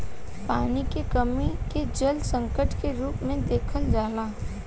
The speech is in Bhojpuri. पानी के कमी के जल संकट के रूप में देखल जाला